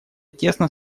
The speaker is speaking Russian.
тесно